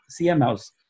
CMOs